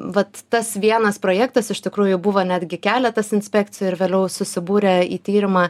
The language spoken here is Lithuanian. vat tas vienas projektas iš tikrųjų buvo netgi keletas inspekcijų ir vėliau susibūrę į tyrimą